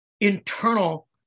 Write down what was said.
internal